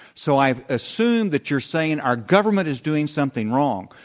so i assume that you're saying our government is doing something wrong.